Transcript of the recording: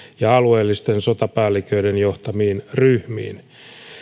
ja alueellisten sotapäälliköiden johtamiin ryhmiin